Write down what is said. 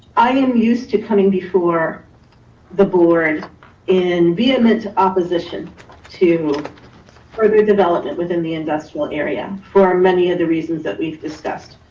i um used to coming before the board in vehement opposition to further development within the industrial area for many of the reasons that we've discussed.